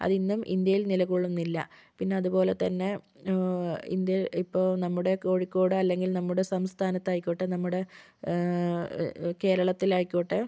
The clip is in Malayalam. അതിന്നും ഇന്ത്യയിൽ നില കൊള്ളുന്നില്ല പിന്നെ അതുപോലെ തന്നെ ഇന്ത്യ ഇപ്പോൾ നമ്മുടെ കോഴിക്കോട് അല്ലെങ്കിൽ നമ്മുടെ സംസ്ഥാനത്തായിക്കോട്ടെ നമ്മുടെ കേരളത്തിലായിക്കോട്ടെ